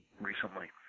recently